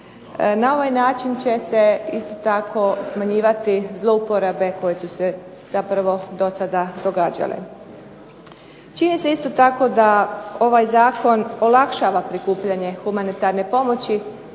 Na ovaj način će se isto tako smanjivati zloupotrebe koje su se do sada događale. Čini se isto tako da ovaj Zakon olakšava prikupljanje humanitarne pomoći